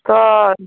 ହ